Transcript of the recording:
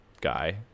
guy